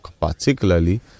particularly